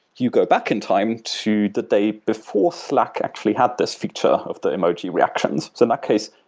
you go back in time to the day before slack actually have this feature of the emoji reactions. so in that case,